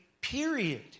period